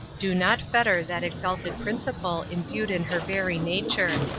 do not fetter that exalted principle imbued in her very nature.